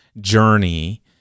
journey